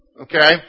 Okay